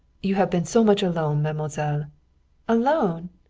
you have been so much alone, mademoiselle alone!